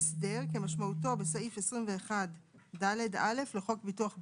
"הסדר" כמשמעותו בסעיף 21ד(א) לחוק ביטוח בריאות,